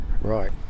Right